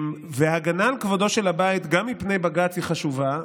הגנה על כבודו של הבית, גם מפני בג"ץ, היא חשובה.